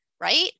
right